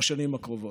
בשנים הקרובות.